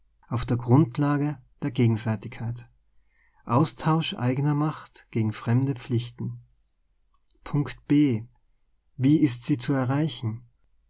auf der grundlage der gegenseitigkeit aus tausch eigener macht gegen fremde pflichten b wie ist sie zu erreichen